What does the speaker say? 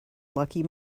lucky